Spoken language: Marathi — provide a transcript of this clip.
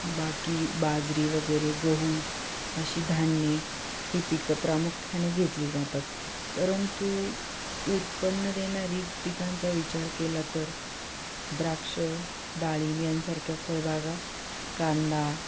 बाकी बाजरी वगैरे गहू अशी धान्ये ही पिकं प्रामुख्याने घेतली जातात परंतु उत्पन्न देणारी पिकांचा विचार केला तर द्राक्ष डाळिंब यांसारख्या फळबागा कांदा